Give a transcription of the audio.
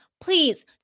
please